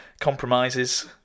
Compromises